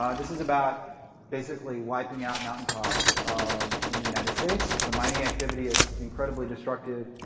um this is about basically wiping out mountain tops um in the united states. it's a mining activity. it's incredibly destructive.